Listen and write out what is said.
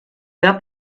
wer